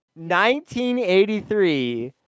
1983